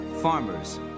Farmers